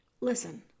Listen